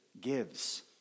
gives